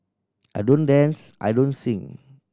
I don't dance I don't sing